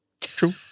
True